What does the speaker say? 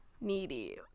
Needy